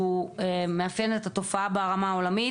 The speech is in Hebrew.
שמאפיין את התופעה ברמה העולמית: